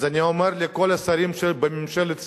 אז אני אומר לכל השרים שבממשלת ישראל: